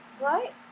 right